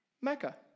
Mecca